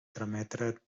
trametre